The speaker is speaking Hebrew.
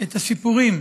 את הסיפורים